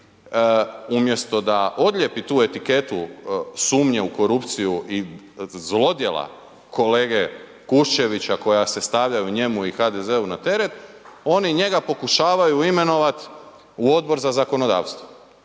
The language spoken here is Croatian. umjesto da odlijepi tu etiketu sumnje u korupciju i zlodjela kolege Kuščevića koja se stavljaju njemu i HDZ-u na teret oni njega pokušavaju imenovati u Odbor za zakono9davstvo.